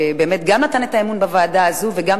שבאמת גם נתן את האמון בוועדה הזו וגם